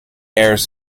airs